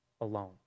alone